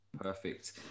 Perfect